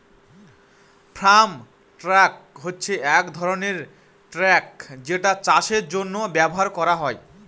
farm truck হচ্ছে এক ধরনের ট্র্যাক যেটা চাষের জন্য ব্যবহার করা হয়